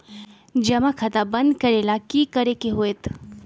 जमा खाता बंद करे ला की करे के होएत?